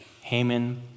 Haman